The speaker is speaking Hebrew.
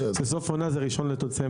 סוף העונה זה 1 בדצמבר.